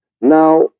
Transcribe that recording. Now